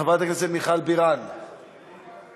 חברת הכנסת מיכל בירן, מוותרת,